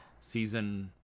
season